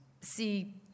see